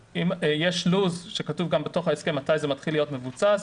יש לוח זמנים שכתוב בתוך ההסכם מתי זה מתחיל להיות מבוצע.